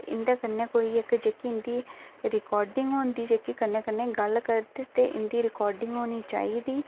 इंदे कन्नै कोई इंदी जेह्की रिकार्डिंग होंदी कन्नै कन्नै गल्ल करदे ते इंदी रिकार्डिंग होनी चाहिदी